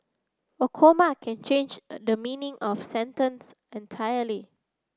a comma can change the meaning of sentence entirely